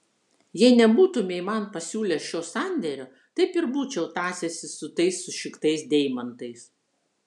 jei nebūtumei man pasiūlęs šio sandėrio taip ir būčiau tąsęsis su tais sušiktais deimantais